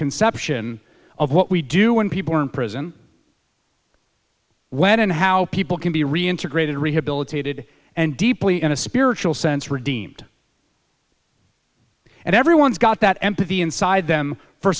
conception of what we do when people are in prison when and how people can be reintegrated rehabilitated and deeply in a spiritual sense redeemed and everyone's got that empathy inside them for